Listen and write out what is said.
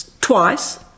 twice